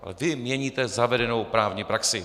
Ale vy měníte zavedenou právní praxi.